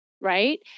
right